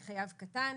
היא חייב קטן,